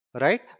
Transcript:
right